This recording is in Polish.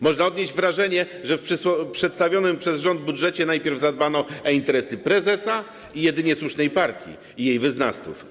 Można odnieść wrażenie, że w przedstawionym przez rząd budżecie najpierw zadbano o interesy prezesa i jedynie słusznej partii i jej wyznawców.